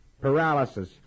paralysis